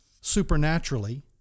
supernaturally